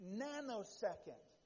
nanosecond